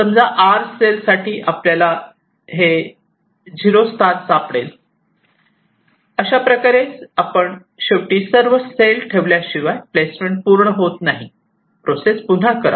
समजा 'r' cell साठी आपल्याला हे 0 स्थान सापडेल अशा प्रकारे आपण शेवटी सर्व सेल ठेवल्याशिवाय प्लेसमेंट पूर्ण होत नाही प्रोसेस पुन्हा करा